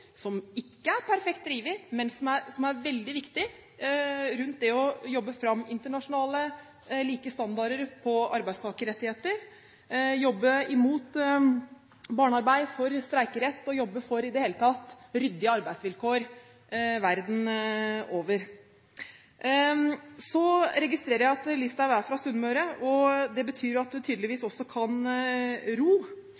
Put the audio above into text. som ikke er perfekt drevet, men som er veldig viktig når det gjelder det å jobbe fram internasjonalt like standarder på arbeidstakerrettigheter, jobbe imot barnearbeid, for streikerett og i det hele tatt jobbe for ryddige arbeidsvilkår verden over. Så registrerer jeg at Listhaug er fra Sunnmøre, og det betyr at hun tydeligvis